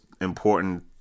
important